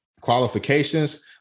qualifications